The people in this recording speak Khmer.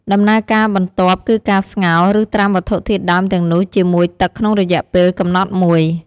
ដំណើរការបន្ទាប់គឺការស្ងោរ ឬត្រាំវត្ថុធាតុដើមទាំងនោះជាមួយទឹកក្នុងរយៈពេលកំណត់មួយ។